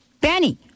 Benny